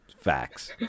Facts